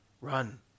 Run